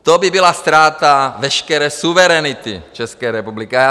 To by byla ztráta veškeré suverenity České republiky.